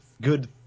good